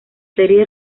serie